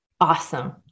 Awesome